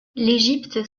l’égypte